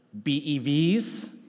BEVs